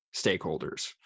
stakeholders